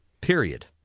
Period